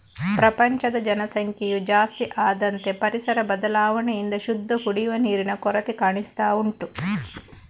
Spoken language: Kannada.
ಪ್ರಪಂಚದ ಜನಸಂಖ್ಯೆಯು ಜಾಸ್ತಿ ಆದಂತೆ ಪರಿಸರ ಬದಲಾವಣೆಯಿಂದ ಶುದ್ಧ ಕುಡಿಯುವ ನೀರಿನ ಕೊರತೆ ಕಾಣಿಸ್ತಾ ಉಂಟು